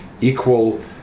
equal